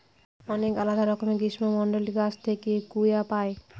অনেক আলাদা রকমের গ্রীষ্মমন্ডলীয় গাছ থেকে কূয়া পাই